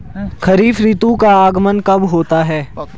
खरीफ ऋतु का आगमन कब होता है?